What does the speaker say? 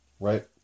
Right